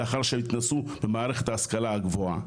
לאחר שהתנסו במערכת ההשכלה הגבוהה.